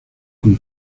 con